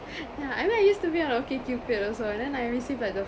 yeah I mean I used to be on OkCupid also and then I received like the